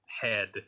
head